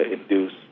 induce